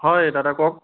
হয় দাদা কওক